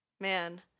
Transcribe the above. Man